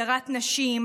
הדרת נשים,